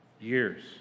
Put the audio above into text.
years